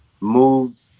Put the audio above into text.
moved